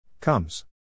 Comes